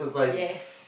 yes